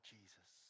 Jesus